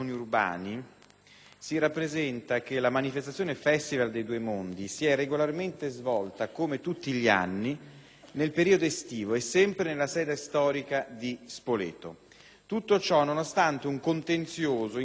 si rappresenta che la manifestazione Festival dei Due Mondi si è regolarmente svolta, come tutti gli anni, nel periodo estivo e sempre nella sede storica di Spoleto. Tutto ciò nonostante un contenzioso insorto